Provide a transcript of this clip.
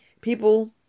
people